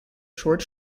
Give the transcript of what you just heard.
short